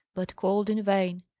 but called in vain.